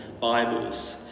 Bibles